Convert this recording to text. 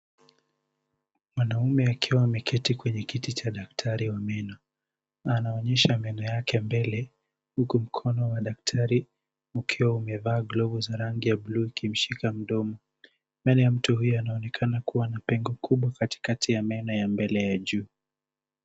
Mwanaume akiwa ameketi kwenye kiti cha daktari wa meno. Na anaonyesha meno yake ya mbele, Huku mkono wa daktari ukiwa umevaa glovu za rangi ya bluu ukimshika mdomo. Meno ya mtu huyu yanaonekana kuwa na pengo kubwa katikati ya meno ya mbele ya juu.